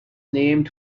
named